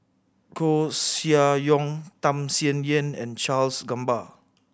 Koeh Sia Yong Tham Sien Yen and Charles Gamba